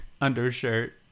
undershirt